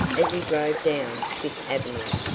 as he drove down fifth avenue,